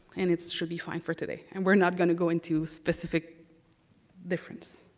and it should be fine for today, and we're not going to go into specific difference.